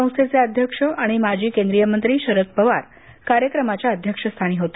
संस्थेचे अध्यक्ष आणि माजी केंद्रीय मंत्री शरद पवार कार्यक्रमाच्या अध्यक्षस्थानी होते